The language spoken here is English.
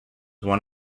one